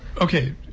okay